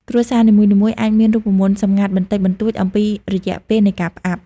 គ្រួសារ នីមួយៗអាចមានរូបមន្តសម្ងាត់បន្តិចបន្តួចអំពីរយៈពេលនៃការផ្អាប់។